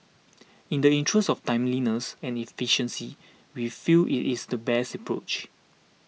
in the interest of timeliness and efficiency we feel it is the best approach